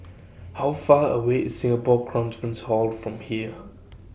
How Far away IS Singapore Conference Hall from here